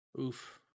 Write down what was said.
Oof